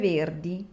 Verdi